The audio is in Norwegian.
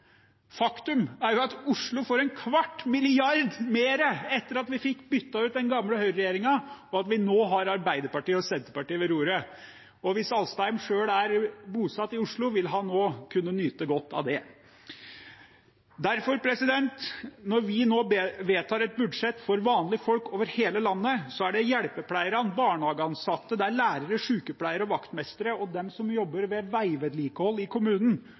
Faktum er jo at Oslo får en kvart milliard mer etter at vi fikk byttet ut den gamle høyreregjeringen og nå har Arbeiderpartiet og Senterpartiet ved roret. Hvis Alstadheim selv er bosatt i Oslo, vil han nå kunne nyte godt av det. Når vi nå vedtar et budsjett for vanlige folk over hele landet, er det derfor hjelpepleiere, barnehageansatte, lærere, sykepleiere, vaktmestre og de som jobber med veivedlikehold i kommunen,